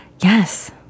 yes